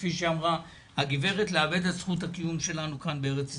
כפי שאמרה הגברת לאבד את זכות הקיום כאן בארץ ישראל.